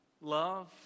love